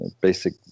basic